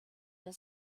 der